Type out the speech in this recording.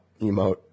emote